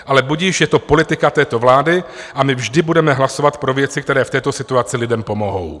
Ale budiž, je to politika této vlády a my vždy budeme hlasovat pro věci, které v této situaci lidem pomohou.